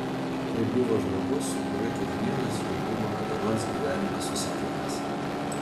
tai buvo žmogus su kuriuo kiekvienas jų buvo kada nors gyvenime susitikęs